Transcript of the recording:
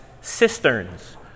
cisterns